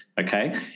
Okay